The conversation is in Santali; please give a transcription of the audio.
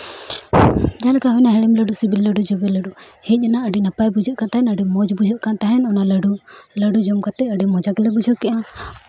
ᱡᱟᱦᱟᱸ ᱞᱮᱠᱟ ᱦᱩᱭᱱᱟ ᱦᱮᱲᱮᱢ ᱞᱟᱹᱰᱩ ᱥᱤᱵᱤᱞ ᱞᱟᱹᱰᱩ ᱡᱚᱵᱮ ᱞᱟᱹᱰᱩ ᱦᱮᱡ ᱮᱱᱟ ᱟᱹᱰᱤ ᱱᱟᱯᱟᱭ ᱵᱩᱡᱷᱟᱜ ᱠᱟᱱ ᱛᱟᱦᱮᱸᱜ ᱟᱹᱰᱤ ᱢᱚᱡᱽ ᱵᱩᱡᱷᱟᱹᱜ ᱠᱟᱱ ᱛᱟᱦᱮᱸᱜ ᱚᱱᱟ ᱞᱟᱹᱰᱩ ᱞᱟᱹᱰᱩ ᱡᱚᱢ ᱠᱟᱛᱮ ᱟᱹᱰᱤ ᱢᱚᱡᱟ ᱜᱮᱞᱮ ᱵᱩᱡᱷᱟᱹᱣ ᱠᱮᱜᱼᱟ